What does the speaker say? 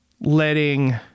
Letting